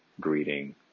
greeting